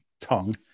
tongue